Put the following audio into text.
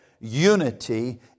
unity